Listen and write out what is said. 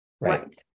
right